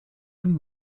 dem